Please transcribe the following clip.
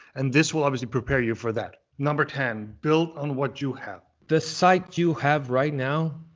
and this will obviously prepare you for that. number ten, build on what you have. the site you have right now,